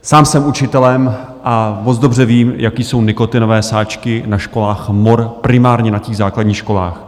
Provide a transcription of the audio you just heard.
Sám jsem učitelem a moc dobře vím, jaký jsou nikotinové sáčky na školách mor, primárně na základních školách.